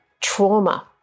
trauma